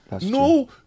No